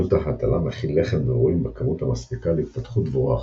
כל תא הטלה מכיל לחם דבורים בכמות המספיקה להתפתחות דבורה אחת,